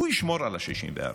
הוא ישמור על ה-64.